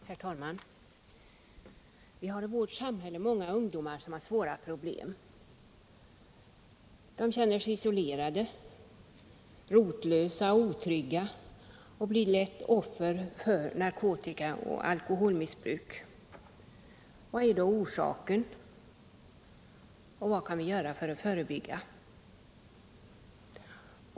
Herr talman! Vi har i vårt samhälle många ungdomar som har svåra problem. De känner sig isolerade, rotlösa och otrygga och blir lätt offer för narkotikaoch alkoholmissbruk. Vilken är då orsaken, och vad kan vi göra för att förebygga?